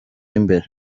imbere